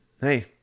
hey